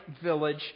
village